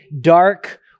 dark